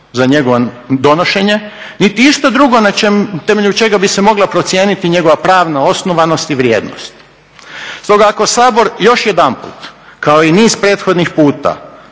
za njegovo donošenje niti išta drugo na temelju čega bi se mogla procijeniti njegova pravna osnovanost i vrijednost. Stoga ako Sabor još jedanput, kao i niz prethodnih puta,